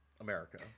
America